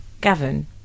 Gavin